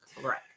right